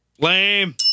lame